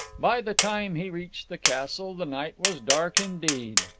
by the time he reached the castle, the night was dark indeed.